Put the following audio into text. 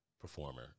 performer